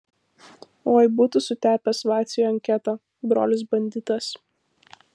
oi būtų sutepęs vaciui anketą brolis banditas